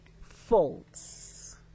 false